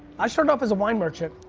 i started off as a wine merchant.